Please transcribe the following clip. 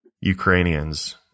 ukrainians